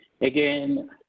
Again